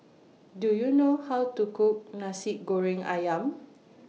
Do YOU know How to Cook Nasi Goreng Ayam